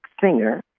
singer